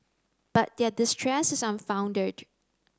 but their distress is unfounded